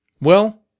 Well